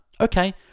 Okay